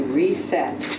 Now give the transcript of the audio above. reset